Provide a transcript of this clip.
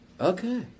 okay